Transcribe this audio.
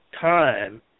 time